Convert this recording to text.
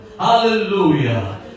Hallelujah